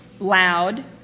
Loud